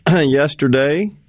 yesterday